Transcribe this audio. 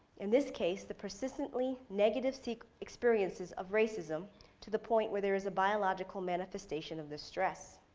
in this case, the persistently negative so like experiences of racism to the point where there is biological manifestation of this stress.